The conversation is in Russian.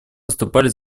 выступали